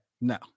No